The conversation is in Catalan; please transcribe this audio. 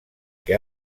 que